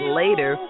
later